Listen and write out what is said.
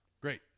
Great